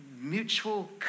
mutual